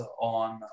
on